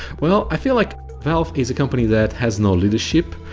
well, i feel like valve is a company that has no leadership.